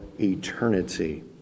eternity